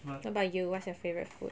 what about you what's your favourite food